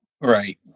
Right